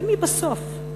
בסוף,